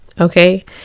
Okay